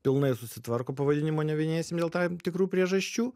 pilnai susitvarko pavadinimo neminėsim dėl tam tikrų priežasčių